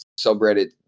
subreddit